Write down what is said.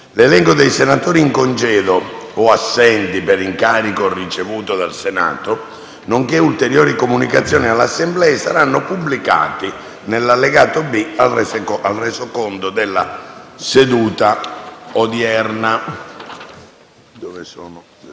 L'elenco dei senatori in congedo e assenti per incarico ricevuto dal Senato, nonché ulteriori comunicazioni all'Assemblea saranno pubblicati nell'allegato B al Resoconto della seduta odierna.